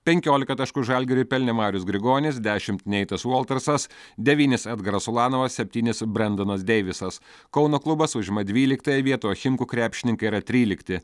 penkiolika taškų žalgiriui pelnė marius grigonis dešimt neitas voltarsas devynis edgaras ulanovas septynis brendanas deivisas kauno klubas užima dvyliktąją vietą o chimkų krepšininkai yra trylikti